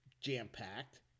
jam-packed